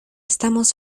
estamos